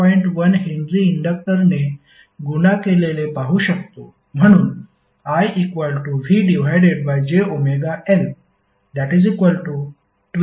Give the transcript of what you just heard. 1 H इंडक्टरने गुणा केलेले पाहू शकतो